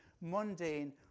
mundane